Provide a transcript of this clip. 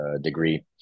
degree